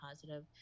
positive